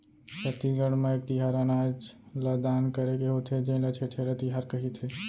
छत्तीसगढ़ म एक तिहार अनाज ल दान करे के होथे जेन ल छेरछेरा तिहार कहिथे